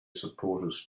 supporters